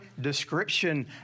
description